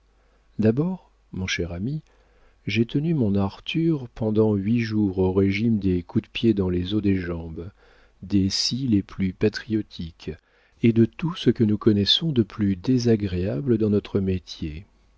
d'abord mon cher ami j'ai tenu mon arthur pendant huit jours au régime des coups de pied dans les os des jambes des scies les plus patriotiques et de tout ce que nous connaissons de plus désagréable dans notre métier